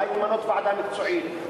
אולי למנות ועדה מקצועית,